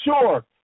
sure